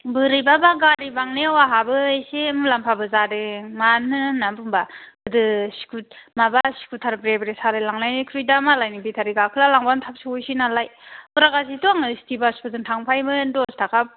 बोरैबाबा गारि बांनायाव आंहाबो एसे मुलाम्फाबो जादों मानो होनना बुंबा गोदो माबा स्कुटार ब्रे ब्रे सालायलांनायनिख्रुइ दा मालायनि बेटारि गाखोना लांबा थाब सहैनोसै नालाय फुरागासेथ' आं सिटि बासफोरजों थांफायोमोन दस टाका